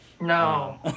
No